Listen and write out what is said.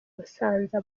busanza